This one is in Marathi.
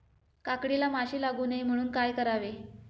काकडीला माशी लागू नये म्हणून काय करावे?